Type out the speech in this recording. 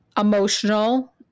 Emotional